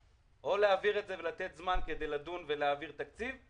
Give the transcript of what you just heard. חלופות: או להעביר את הצעת החוק ולתת זמן כדי לדון ולהעביר תקציב,